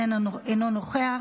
אינו נוכח,